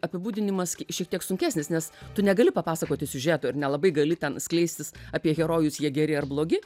apibūdinimas šiek tiek sunkesnis nes tu negali papasakoti siužeto ir nelabai gali ten skleistis apie herojus jie geri ar blogi